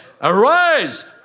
Arise